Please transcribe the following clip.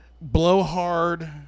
blowhard